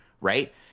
right